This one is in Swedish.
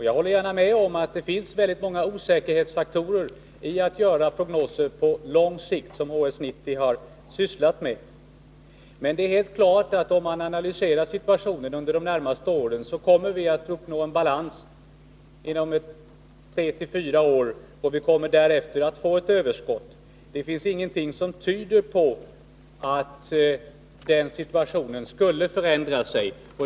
Jag håller gärna med om att det finns många osäkerhetsfaktorer i prognoser på lång sikt, som ju HS 90 har sysslat med. Men det är helt klart att om man analyserar situationen under de närmaste åren, så finner man att vi kommer att uppnå en balans inom 3 till 4 år och att vi därefter kommer att få ett överskott av läkare. Det finns ingenting som tyder på att situationen skulle förändras.